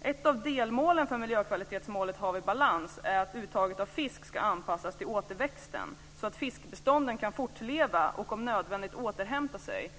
Ett av delmålen för miljökvalitetsmålet Hav i balans är att uttaget av fisk ska anpassas till återväxten så att fiskbestånden kan fortleva och om nödvändigt återhämta sig.